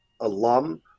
alum